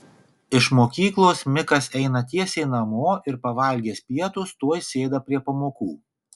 iš mokyklos mikas eina tiesiai namo ir pavalgęs pietus tuoj sėda prie pamokų